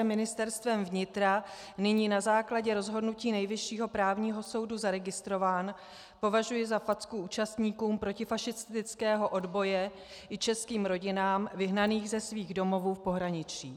Ministerstvem vnitra nyní na základě rozhodnutí Nejvyššího správního soudu zaregistrován, považuji za facku účastníkům protifašistického odboje i českým rodinám vyhnaným ze svých domovů v pohraničí.